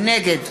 נגד